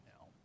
now